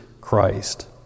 Christ